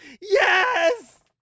Yes